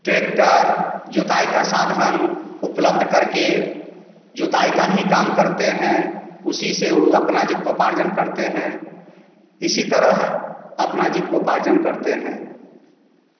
tractor जुताई का साधन उपलब्ध करके जुताई का ही काम करते हैं उसी से वो अपना जीविकोपार्जन करते हैं इसी तरह अपना जीविकोपार्जन करते हैं